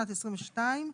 2022) (להלן בחלק זה צו ההרחבה משנת 2022),